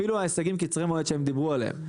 אפילו ההישגים קצרי המועד שהם דיברו עליהם,